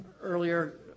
earlier